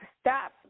stop